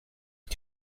que